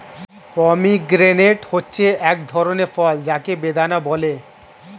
pomegranate হচ্ছে এক ধরনের ফল যাকে বেদানা বলে